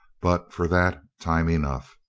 but for that, time enough.